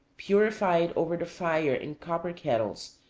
purified over the fire in copper kettles,